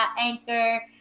Anchor